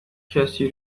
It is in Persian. کسی